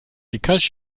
because